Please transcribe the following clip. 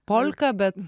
polka bet